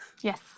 Yes